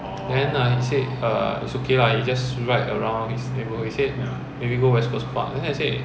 then he said err it's okay lah he just ride around his neighbor he said maybe go west coast park then I said